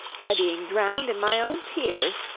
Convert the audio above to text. by being drowned in my own tears!